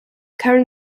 current